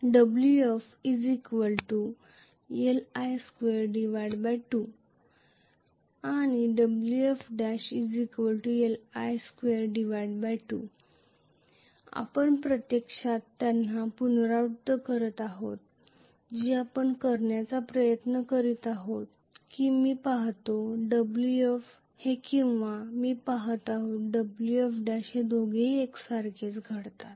wf ∫𝑖𝑑𝜆 ∫ L 𝑑𝜆 22L L2 i22L Li22 wf1 ∫𝜆𝑑i ∫Li𝑑i Li22 आपण प्रत्यक्षात त्यांना पुनरावृत्ती करीत आहोत जे आपण करण्याचा प्रयत्न करीत आहोत की मी पाहतो की Wf हे किंवा मी पाहत आहे की Wf' हे दोघेही एकसारखेच घडतात